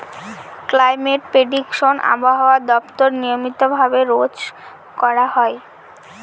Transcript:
climate prediction আবহাওয়া দপ্তর নিয়মিত ভাবে রোজ করা হয়